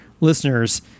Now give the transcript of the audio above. listeners